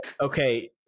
Okay